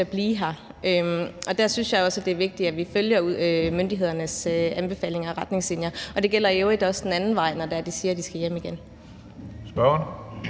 det er vigtigt, at vi følger myndighedernes anbefalinger og retningslinjer. Det gælder i øvrigt også den anden vej, når de siger, de skal hjem igen.